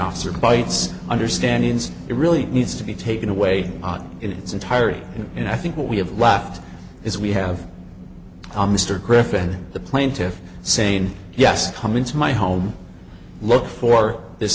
officer bites i understand ins it really needs to be taken away in its entirety and i think what we have left is we have a mr griffin the plaintiff saying yes come into my home look for this